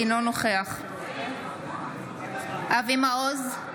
אינו נוכח אבי מעוז,